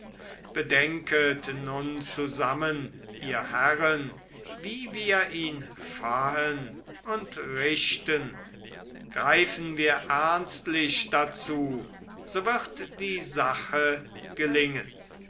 nun zusammen ihr herren wie wir ihn fahen und richten greifen wir ernstlich dazu so wird die sache gelingen